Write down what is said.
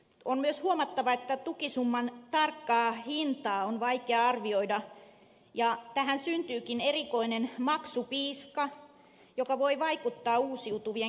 on myös huomattava että tukisumman tarkkaa hintaa on vaikea arvioida ja tähän syntyykin erikoinen maksupiiska joka voi vaikuttaa uusiutuvien kehittymiseen